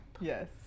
Yes